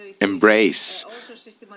embrace